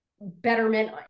betterment